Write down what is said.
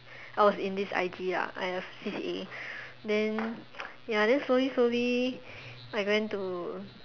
I was in this I_G lah kind of C_C_A then ya then slowly slowly I went to